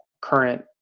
current